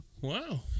Wow